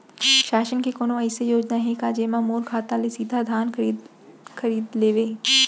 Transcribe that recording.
शासन के कोनो अइसे योजना हे का, जेमा मोर खेत ले सीधा धान खरीद लेवय?